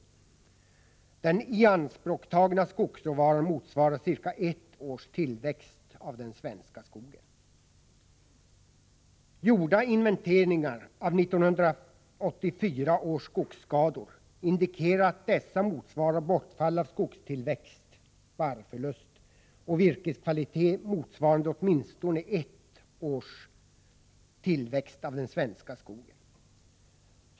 Den ianspråktagna skogsråvaran motsvarar cirka ett års tillväxt i den svenska skogen. Gjorda inventeringar av 1984 års skogsskador indikerar att dessa motsvarar bortfall av skogstillväxt — barrförlust — och försämrad virkeskvalitet motsvarande åtminstone ett års tillväxt i den svenska skogen.